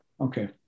Okay